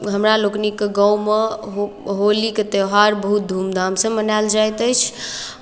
हमरा लोकनिक गाँवमे होली होलीके त्यौहार बहुत धूमधामसँ मनायल जाइत अछि